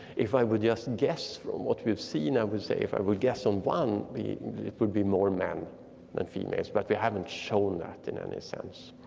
if i would just guess from what we've seen, i would say if i will guess on one, it would be more man than females but we haven't shown that in any sense.